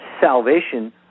salvation